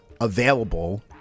available